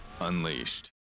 Unleashed